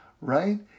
right